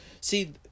See